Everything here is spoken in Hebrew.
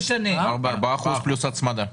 ארבעה אחוז פלוס הצמדה.